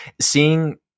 seeing